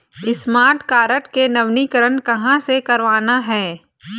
Smart card के नवीनीकरण कहां से करवाना हे?